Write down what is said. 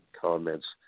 comments